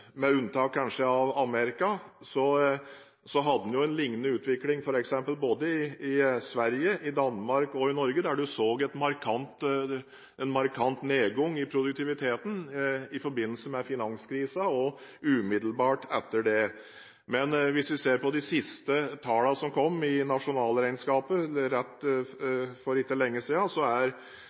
hadde en liknende utvikling både i Sverige, i Danmark og i Norge, f.eks. En hadde en markant nedgang i produktiviteten i forbindelse med finanskrisen og umiddelbart etter den. Men hvis vi ser på de siste tallene i nasjonalregnskapet som kom for ikke lenge